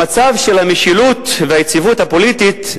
המצב של המשילות והיציבות הפוליטית,